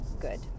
good